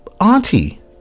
auntie